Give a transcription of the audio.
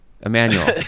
Emmanuel